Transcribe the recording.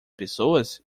pessoas